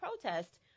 protest